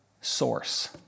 source